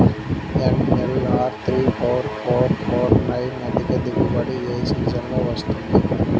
NLR three four four four nine అధిక దిగుబడి ఏ సీజన్లలో వస్తుంది?